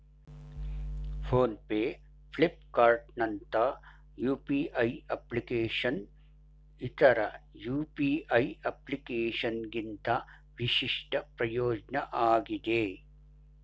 phone pay ಫ್ಲಿಪ್ಕಾರ್ಟ್ನಂತ UPI ಅಪ್ಲಿಕೇಶನ್ನ್ ಇತರ ಯು.ಪಿ.ಐ ಅಪ್ಲಿಕೇಶನ್ಗಿಂತ ವಿಶಿಷ್ಟ ಪ್ರಯೋಜ್ನ ಆಗಿದೆ